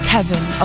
Kevin